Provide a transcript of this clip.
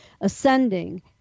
ascending